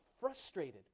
frustrated